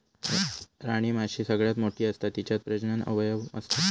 राणीमाशी सगळ्यात मोठी असता तिच्यात प्रजनन अवयव असता